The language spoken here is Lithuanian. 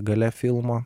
gale filmo